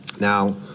Now